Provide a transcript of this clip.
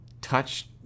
touch